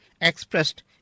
expressed